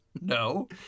No